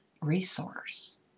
resource